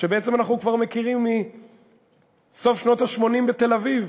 שבעצם אנחנו כבר מכירים מסוף שנות ה-80 בתל-אביב,